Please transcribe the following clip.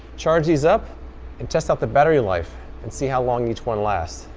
charge these up and test out the battery life and see how long each one lasts.